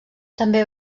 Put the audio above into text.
també